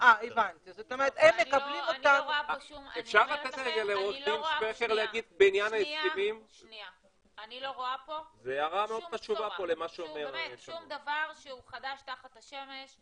אני אומרת לכם שאני לא רואה פה שום דבר שהוא חדש תחת השמש,